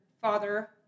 father